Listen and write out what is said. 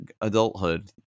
adulthood